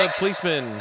policeman